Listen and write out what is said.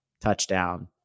Touchdown